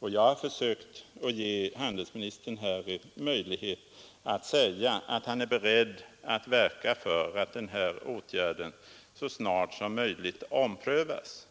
Jag har försökt ge handelsministern möjlighet att säga att han är beredd att verka för att den här åtgärden så snart som möjligt omprövas.